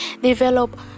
develop